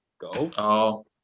go